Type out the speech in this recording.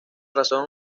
razón